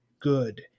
good